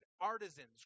Artisans